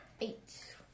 Eight